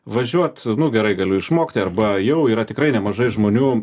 važiuot nu gerai galiu išmokti arba jau yra tikrai nemažai žmonių